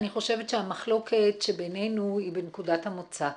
אני חושבת שהמחלוקת שבינינו היא בנקודת המוצא.